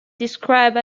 described